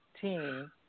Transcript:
team